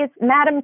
Madam